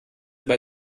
bei